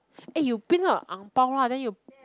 eh you print out a ang-bao lah then you